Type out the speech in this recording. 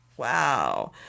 wow